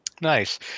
Nice